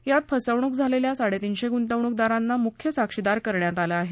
यात फसवणूक झालेल्या साडेतीनशे गुंतवणूकदारांना मुख्य साक्षीदार करण्यात आलं आहे